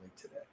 today